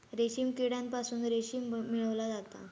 रेशीम किड्यांपासून रेशीम मिळवला जाता